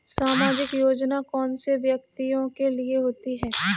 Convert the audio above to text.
सामाजिक योजना कौन से व्यक्तियों के लिए होती है?